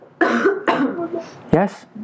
yes